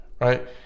right